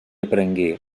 aprengué